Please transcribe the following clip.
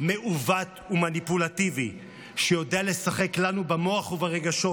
מעוות ומניפולטיבי שיודע לשחק לנו במוח וברגשות,